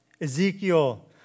Ezekiel